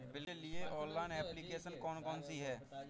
Bill के लिए online application कौन कौन सी हैं?